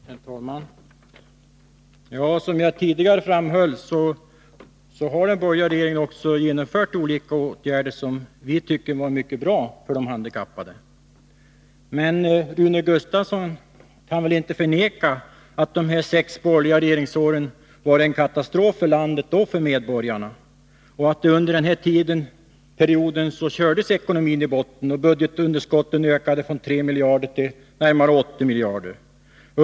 Herr talman! Som jag tidigare framhöll har de borgerliga regeringarna vidtagit många åtgärder för de handikappade som vi tycker är mycket bra. Men Rune Gustavsson kan väl inte förneka att de sex borgerliga regeringsåren var en katastrof för landet och för medborgarna, att ekonomin kördes i botten och att budgetunderskottet ökade från 3 miljarder till närmare 80 miljarder.